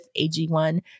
AG1